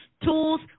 tools